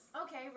Okay